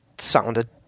Sounded